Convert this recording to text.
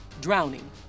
drowning